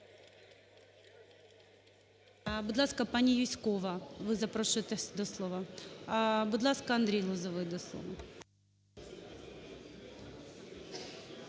Будь ласка, пані Юзькова, ви запрошуєтеся до слова. Будь ласка, Андрій Лозовий до слова.